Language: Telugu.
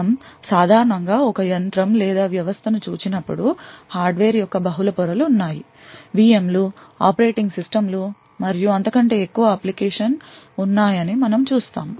మనం సాధారణం గా ఒక యంత్రం లేదా వ్యవస్థ ను చూచినప్పుడు హార్డ్వేర్ యొక్క బహుళ పొరలు ఉన్నాయి VM లు ఆపరేటింగ్ సిస్టమ్లు మరియు అంతకంటే ఎక్కువ అప్లికేషన్ ఉన్నాయని మనము చూస్తాము